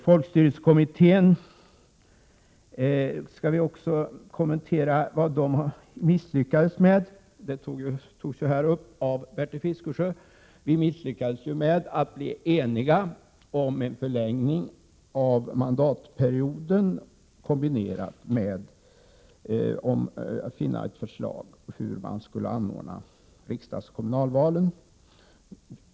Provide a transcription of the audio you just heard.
Folkstyrelsekommittén misslyckades — det togs upp av Bertil Fiskesjö - med att bli enig om en förlängning av mandatperioden, kombinerat med ett förslag om hur riksdagsoch kommunalvalen skulle anordnas.